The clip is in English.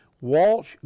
Walsh